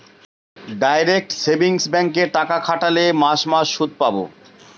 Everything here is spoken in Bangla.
ডাইরেক্ট সেভিংস ব্যাঙ্কে টাকা খাটোল মাস মাস সুদ পাবো